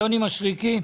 יוני מישרקי.